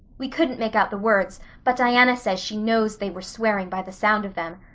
we couldn't make out the words but diana says she knows they were swearing by the sound of them.